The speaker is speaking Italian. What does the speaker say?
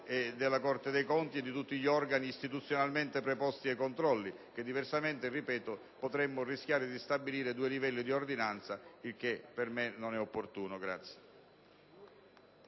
della Corte dei conti e di tutti gli organi istituzionalmente preposti ai controlli. Diversamente, ripeto, potremmo rischiare di fissare due livelli di ordinanza, il che, a mio avviso, non è opportuno.